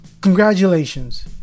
Congratulations